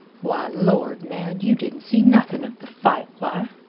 why, lord, man, you didn't see nothing of the fight. why!